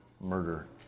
murder